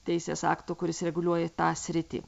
teisės akto kuris reguliuoja tą sritį